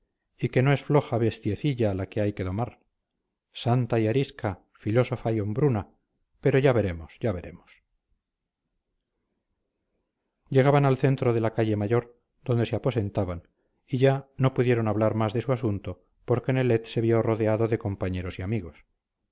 y que no es floja bestiecilla la que hay que domar santa y arisca filósofa y hombruna pero ya veremos ya veremos llegaban al centro de la calle mayor donde se aposentaban y ya no pudieron hablar más de su asunto porque nelet se vio rodeado de compañeros y amigos